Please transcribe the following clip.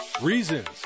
Reasons